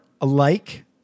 alike